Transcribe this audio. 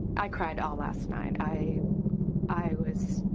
i cried all last night. i i was